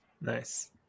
Nice